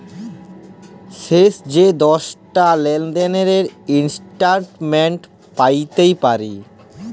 শেষ যে দশটা লেলদেলের ইস্ট্যাটমেল্ট প্যাইতে পারি